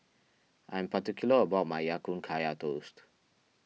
I am particular about my Ya Kun Kaya Toast